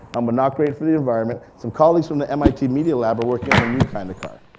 um not great for the environment. some colleagues from the mit media lab are working on a new kind of car.